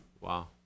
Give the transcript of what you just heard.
Wow